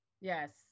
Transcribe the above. Yes